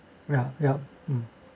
ya yup uh